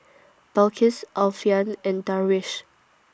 Balqis Alfian and Darwish